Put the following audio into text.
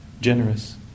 generous